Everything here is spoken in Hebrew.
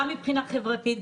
גם מבחינה חברתית,